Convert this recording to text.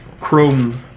chrome